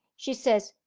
she says,